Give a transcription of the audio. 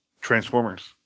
Transformers